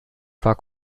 war